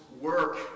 work